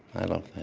i love